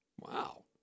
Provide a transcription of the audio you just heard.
Wow